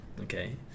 okay